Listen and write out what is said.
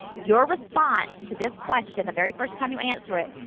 your response to this question, the very first time you answer it,